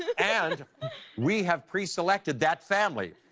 and we have preselected that family.